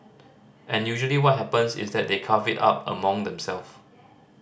and usually what happens is that they carve it up among themselves